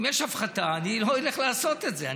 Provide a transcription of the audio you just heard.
אם יש הפחתה, אני לא הולך לעשות את זה,